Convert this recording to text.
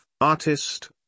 artist